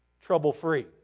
trouble-free